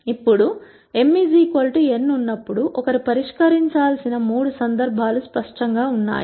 ఇప్పుడు mn ఉన్నప్పుడు ఒకరు పరిష్కరించాల్సిన మూడు సందర్భాలు స్పష్టంగా ఉన్నాయి